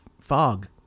fog